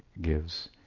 gives